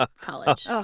college